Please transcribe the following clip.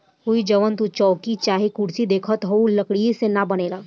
हइ जवन तू चउकी चाहे कुर्सी देखताड़ऽ इ लकड़ीये से न बनेला